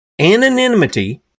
anonymity